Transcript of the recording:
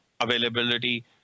availability